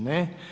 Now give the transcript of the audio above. Ne.